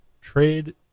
Trade